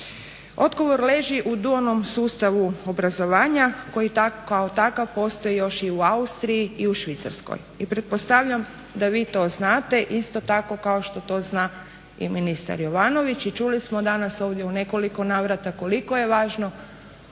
Odgovor leži u dualnom sustavu obrazovanja koji kao takav postoji još i u Austriji i u Švicarskoj. I pretpostavljam da vi to znate isto tako kao što to zna i ministar Jovanović. I čuli smo danas ovdje u nekoliko navrata koliko je važno